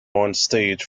onstage